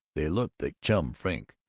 they looked at chum frink,